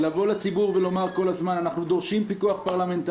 החוק הראשון שעשה גנץ יושב-ראש המפלגה שהוא גם יושב-ראש הכנסת,